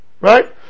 Right